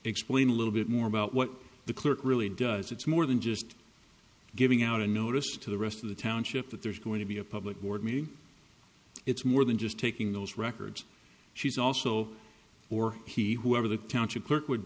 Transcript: explain a little bit more about what the clerk really does it's more than just giving out a notice to the rest of the township that there's going to be a public board meeting it's more than just taking those records she's also or he whoever the county clerk would